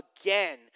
again